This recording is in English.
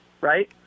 right